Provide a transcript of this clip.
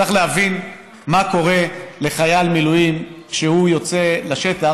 צריך להבין מה קורה לחייל מילואים כשהוא יוצא לשטח.